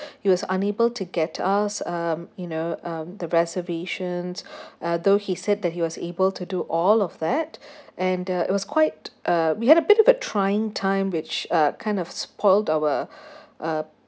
he was unable to get us um you know um the reservations although he said that he was able to do all of that and uh it was quite uh we had a bit of a trying time which uh kind of spoiled our uh